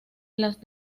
las